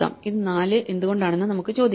ഇത് 4 എന്തുകൊണ്ടാണെന്ന് നമുക്ക് ചോദിക്കാം